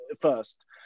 first